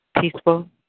peaceful